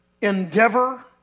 endeavor